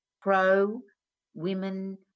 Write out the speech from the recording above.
pro-women